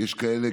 יש כאלה